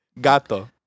gato